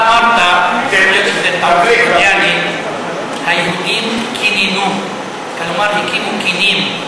אתה אמרת, "היהודים קיננו", כלומר הקימו קנים.